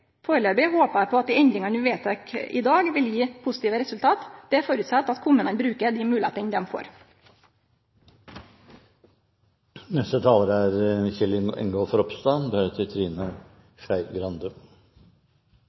Foreløpig håpar eg på at endringane vi vedtek i dag, vil gje positive resultat. Det føreset at kommunane bruker dei moglegheitene dei